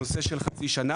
בחצי שנה.